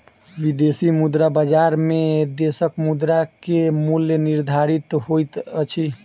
विदेशी मुद्रा बजार में देशक मुद्रा के मूल्य निर्धारित होइत अछि